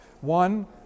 One